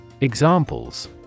Examples